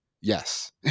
yes